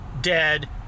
dead